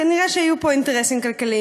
כנראה שהיו פה אינטרסים כלכליים.